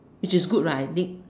which is good lah I think